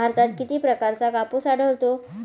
भारतात किती प्रकारचा कापूस आढळतो?